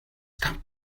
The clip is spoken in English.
stop